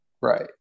Right